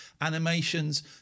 animations